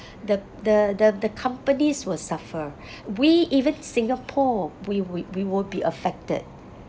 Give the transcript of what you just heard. the the the the companies will suffer we even singapore we we we will be affected